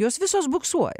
jos visos buksuoja